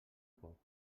por